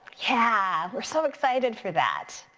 yeah, we're so excited for that.